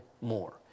more